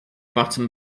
button